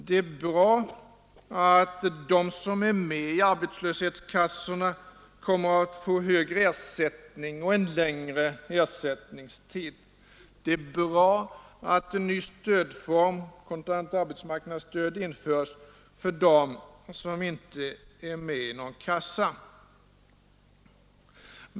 Det är bra att de som är med i arbetslöshetskassorna kommer att få högre ersättning och en längre ersättningstid, och det är bra att en ny stödform — kontant arbetsmarknadsstöd — införs för dem som inte är med i någon kassa.